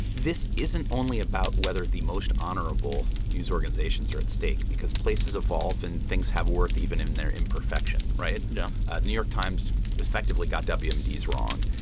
this isn't only about whether the most honorable news organizations are at stake because places evolve and things have worth even in their imperfection, right? yeah the ah new york times effectively got wmd's wrong,